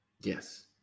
Yes